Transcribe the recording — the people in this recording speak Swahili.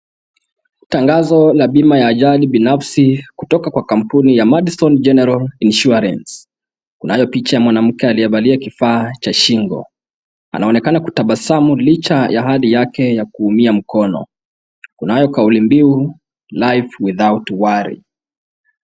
Tangazp la bima ya ajali binafsi kutoka kwa kampuni ya Madison General Insurence . Kunayo picha ya mwanamke aliyevalia kifaa cha shingo. Anaonekana kutabasamu licha ya hali yake ya kuumia mkono. Kunayo kauli mbiu life without worry .